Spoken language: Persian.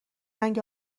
رنگ